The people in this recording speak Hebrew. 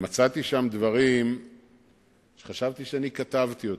מצאתי שם דברים שחשבתי שאני כתבתי אותם.